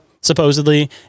supposedly